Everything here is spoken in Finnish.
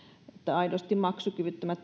aidosti maksukyvyttömiä